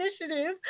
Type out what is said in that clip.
Initiative